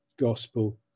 gospel